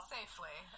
Safely